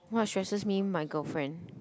what stresses me my girlfriend